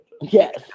Yes